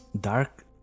dark